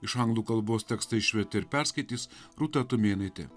iš anglų kalbos tekstą išvertė ir perskaitys rūta tumėnaitė